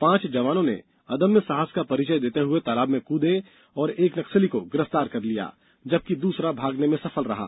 पांच जवानों ने अदम्य साहस का परिचय देते हए तालाब में कूदे एक नक्सली को गिरफ़तार कर लिया है जबकि दूसरा भागने में सफल रहा